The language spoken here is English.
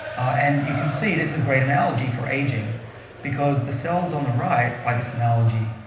and you can see this is a great analogy for aging because the cells on the right, by this analogy,